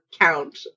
count